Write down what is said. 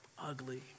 ugly